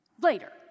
Later